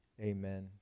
Amen